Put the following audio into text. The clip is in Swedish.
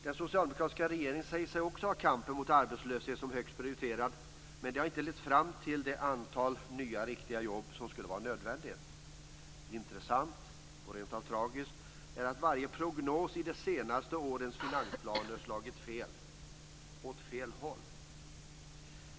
Den socialdemokratiska regeringen säger sig också ha kampen mot arbetslöshet som högst prioriterad, men det har inte lett fram till det antal nya riktiga jobb som skulle vara nödvändigt. Intressant - och rent av tragiskt - är att varje prognos i de senaste årens finansplaner har slagit fel. Åt fel håll!